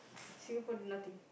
Singapore nothing